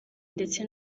ndetse